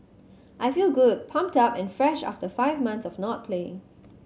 I feel good pumped up and fresh after five months of not playing